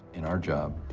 in our job,